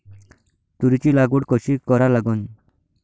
तुरीची लागवड कशी करा लागन?